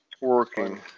working